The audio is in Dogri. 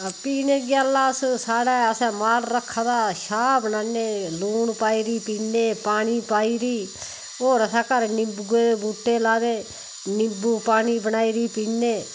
पीने आस्तै अस माल रक्खे दा शाह बनान्ने लून पाई पींने पानी पाई बी और असें ूर निंबू दे बू्हटे लाए दे निंबू पानी पाई पीने